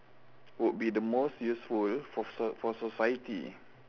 would be the most useful for soc~ for society